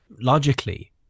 logically